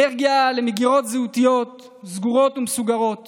אלרגיה למגירות זהותיות סגורות ומסוגרות